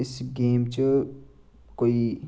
इस गेम च कोई